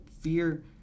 fear